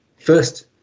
First